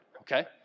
okay